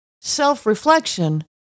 self-reflection